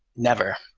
never.